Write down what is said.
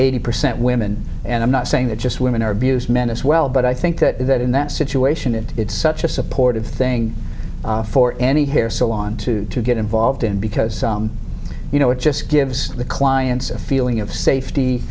eighty percent women and i'm not saying that just women are abuse men as well but i think that that in that situation and it's such a supportive thing for any hair salon to get involved in because you know it just gives the clients a feeling of safety